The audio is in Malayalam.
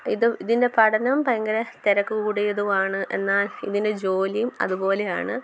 ഇത് ഇതിൻ്റെ പഠനം ഭയങ്കര തിരക്കു കൂടിയതും ആണ് എന്നാൽ ഇതിൻ്റെ ജോലിയും അതുപോലെയാണ്